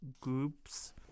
groups